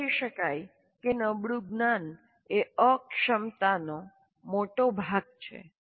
એવું કહી શકાય કે નબળુ જ્ઞાન એ અક્ષમતાનો મોટો ભાગ છે